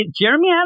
Jeremy